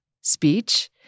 speech